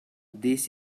this